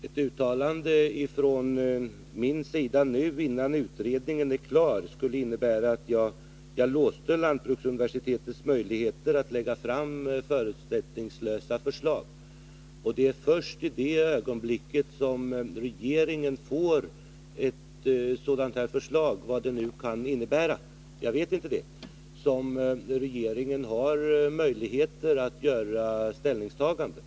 Ett uttalande från min sida nu innan utredningen är klar skulle innebära att jag låste lantbruksuniversitetets möjligheter att lägga fram förutsättningslösa förslag. Det är först i det ögonblick som regeringen får ett sådant här förslag — vad det nu kan innebära — som regeringen har möjligheter att göra ställningstaganden.